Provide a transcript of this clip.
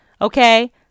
okay